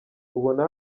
ubona